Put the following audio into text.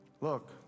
Look